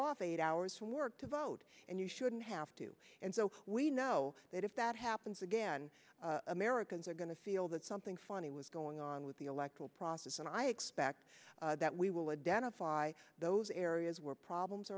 off eight hours from work to vote and you shouldn't have to and so we know that if that happens again americans are going to feel that something funny was going on with the electoral process and i i expect that we will identify those areas where problems